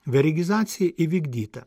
vergizacija įvykdyta